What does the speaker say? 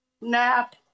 nap